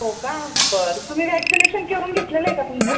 हो का बरं तुम्ही व्हॅक्सिनेशन करून घेतलेलं आहे का तुमचं